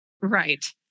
Right